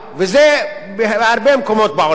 וזה בהרבה מקומות בעולם,